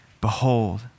behold